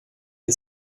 die